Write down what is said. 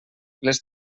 les